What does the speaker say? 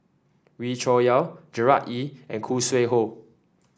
Wee Cho Yaw Gerard Ee and Khoo Sui Hoe